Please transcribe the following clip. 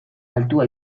altua